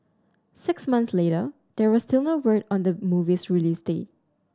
six months later there was still no word on the movie's release date